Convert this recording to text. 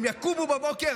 הם יקומו בבוקר,